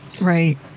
Right